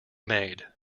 made